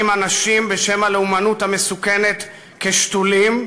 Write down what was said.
אנשים בשם הלאומנות המסוכנת כ"שתולים",